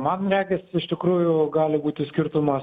man regis iš tikrųjų gali būti skirtumas